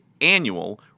annual